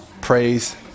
praise